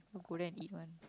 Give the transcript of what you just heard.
who go there and eat one